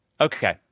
Okay